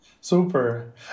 Super